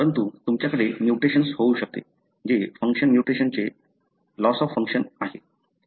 परंतु तुमच्याकडे म्युटेशन्स होऊ शकते जे फंक्शन म्युटेशनचे नुकसान आहे